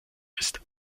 ist